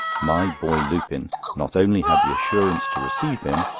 my boy lupin not only had the assurance to receive him,